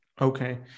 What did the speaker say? Okay